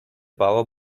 power